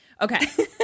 Okay